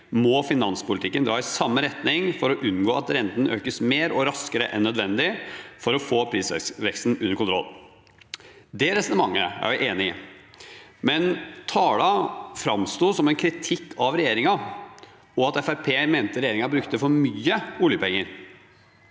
må finanspolitikken dra i samme retning for å unngå at renten økes mer og raskere enn nødvendig for å få prisveksten under kontroll. Det resonnementet er jeg enig i. Men talen framsto som en kritikk av regjeringen, og at Fremskrittspartiet mente regjeringen brukte for mye oljepenger.